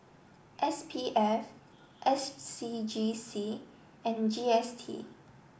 S P F S C G C and G S T